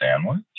sandwich